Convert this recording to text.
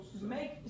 make